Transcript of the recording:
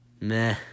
Meh